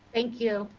thank you.